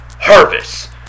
harvest